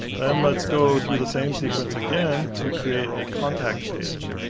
then let's go through the same sequence again to create a contact page.